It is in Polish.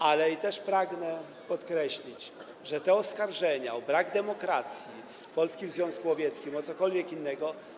Ale też pragnę podkreślić, że te oskarżenia o brak demokracji w Polskim Związku Łowieckim, o cokolwiek innego.